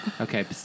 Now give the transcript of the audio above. Okay